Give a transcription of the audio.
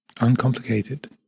uncomplicated